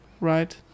Right